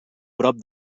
prop